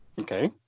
okay